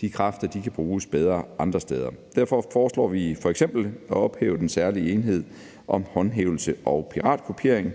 De kræfter kan bruges bedre andre steder. Derfor foreslår vi f.eks. at ophæve den særlige enhed om håndhævelse og piratkopiering.